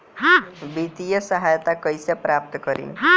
वित्तीय सहायता कइसे प्राप्त करी?